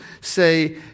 say